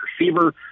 receiver